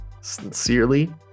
Sincerely